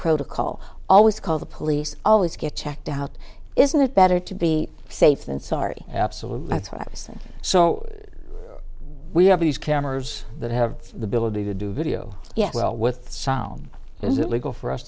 protocol always call the police always get checked out isn't it better to be safe than sorry absolutely that's what i'm saying so we have these cameras that have the ability to do video yes well with sound is it legal for us